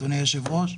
אדוני היושב-ראש,